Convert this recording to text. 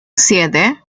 siete